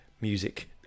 music